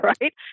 right